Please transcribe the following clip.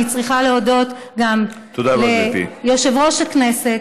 ואני צריכה להודות גם ליושב-ראש הכנסת,